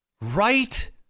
Right